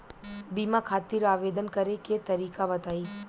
बीमा खातिर आवेदन करे के तरीका बताई?